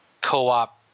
co-op